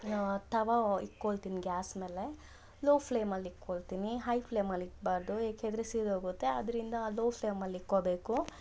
ತವ ಇಕ್ಕೊಳ್ತೀನ್ ಗ್ಯಾಸ್ ಮೇಲೆ ಲೊ ಫ್ಲೇಮಲ್ಲಿ ಇಕ್ಕೊಳ್ತೀನಿ ಹೈ ಫ್ಲೇಮಲ್ಲಿ ಇಕ್ಬಾರದು ಯಾಕೆಂದರೆ ಸೀದು ಹೋಗುತ್ತೆ ಅದರಿಂದ ಲೊ ಫ್ಲೇಮಲ್ಲಿ ಇಕ್ಕೋಬೇಕು